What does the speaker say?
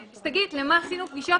שגית, למה עשינו פגישות?